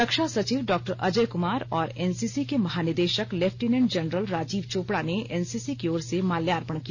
रक्षा सचिव डॉक्टर अजय कुमार और एनसीसी के महानिदेशक लेफ्टिनेंट जनरल राजीव चोपड़ा ने एनसीसी की ओर से माल्यार्पण किया